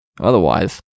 Otherwise